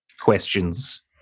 Questions